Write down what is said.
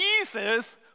Jesus